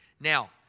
Now